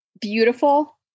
beautiful